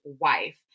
wife